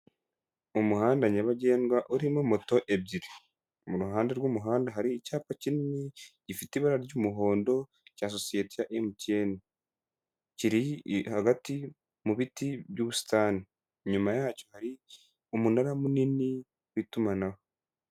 Umuhanda nyabagendwa urimo moto ebyiri. Mu ruhande rw'umuhanda hari icyapa kinini gifite ibara ry'umuhondo, cya sosiyete ya Emutiyeni. Kiri hagati mu biti by'ubusitani. Inyuma yacyo hari umunara munini w'itumanaho.